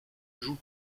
joue